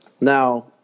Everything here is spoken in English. Now